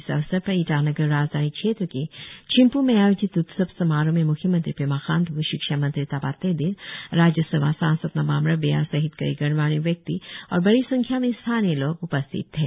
इस अवसर पर ईटानगर राजधानी क्षेत्र के चिंपू में आयोजित उत्सव समारोह में म्ख्यमंत्री पेमा खांडू शिक्षा मंत्री ताबा तेदिर राज्य सभा सांसद नाबम रिबिया सहित कई गणमान्य व्यक्ति और बड़ी संख्या में स्थानीय लोग उपस्थित थे